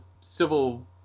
Civil